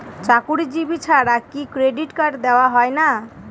চাকুরীজীবি ছাড়া কি ক্রেডিট কার্ড দেওয়া হয় না?